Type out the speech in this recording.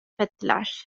ettiler